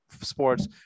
sports